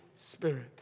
Spirit